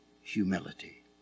humility